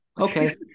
okay